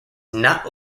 not